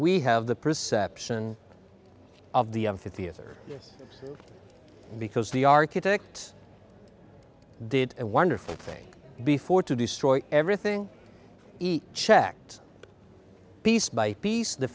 we have the perception of the theater because the architect did a wonderful thing before to destroy everything eat checked piece by piece the